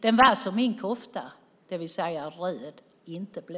Den var som min kofta, det vill säga röd, inte blå.